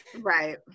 Right